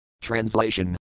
Translation